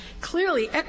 Clearly